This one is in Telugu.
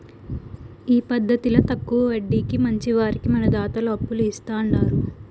ఈ పద్దతిల తక్కవ వడ్డీకి మంచివారికి మన దాతలు అప్పులు ఇస్తాండారు